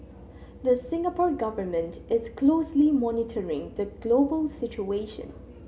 the Singapore Government is closely monitoring the global situation